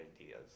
ideas